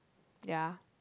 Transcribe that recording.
ya